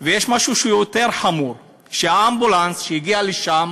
יש משהו שהוא יותר חמור: האמבולנס שהגיע לשם